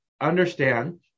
understand